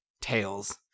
tails